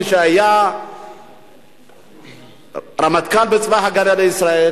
מי שהיה רמטכ"ל בצבא-הגנה לישראל,